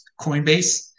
Coinbase